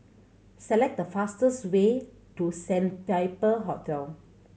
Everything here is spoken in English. select the fastest way to Sandpiper Hotel